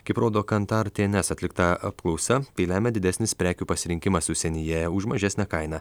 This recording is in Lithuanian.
kaip rodo kantar tė en es atlikta apklausa tai lemia didesnis prekių pasirinkimas užsienyje už mažesnę kainą